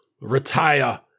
retire